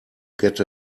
get